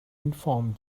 inform